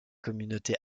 communautés